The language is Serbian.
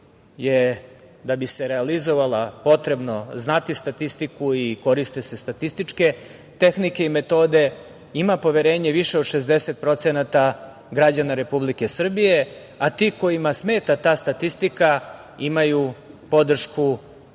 da bi se realizovala potrebno znati statistiku i koriste se statističke tehnike i metode, ima poverenje više od 60% građana Republike Srbije, a ti kojima smeta ta statistika imaju podršku